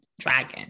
dragon